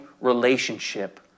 relationship